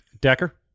Decker